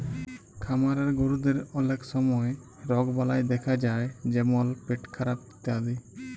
খামারের গরুদের অলক সময় রগবালাই দ্যাখা যায় যেমল পেটখারাপ ইত্যাদি